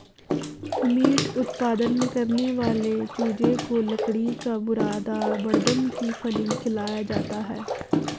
meet उत्पादन करने वाले चूजे को लकड़ी का बुरादा बड़दम की फली खिलाया जाता है